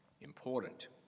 important